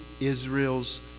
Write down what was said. Israel's